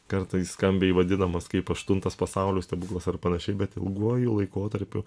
kartais skambiai vadinamas kaip aštuntas pasaulio stebuklas ar panašiai bet ilguoju laikotarpiu